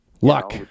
luck